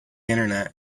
internet